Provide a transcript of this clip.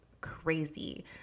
crazy